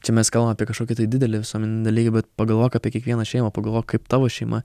čia mes kalbam apie kažkokį tai didelį visuomeninį lygį bet pagalvok apie kiekvieną šeimą pagalvok kaip tavo šeima